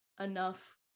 enough